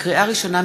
לקריאה ראשונה,